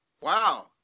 Wow